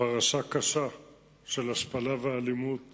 פרשה קשה של השפלה ואלימות